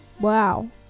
wow